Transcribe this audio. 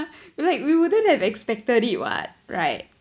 like we wouldn't have expected it what right